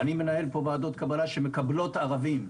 אני מנהל פה ועדות קבלה שמקבלות ערבים.